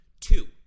Two